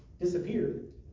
disappeared